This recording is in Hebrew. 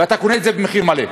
ואתה קונה את זה במחיר מלא.